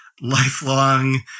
lifelong